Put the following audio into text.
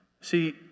See